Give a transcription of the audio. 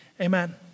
amen